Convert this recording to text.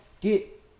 get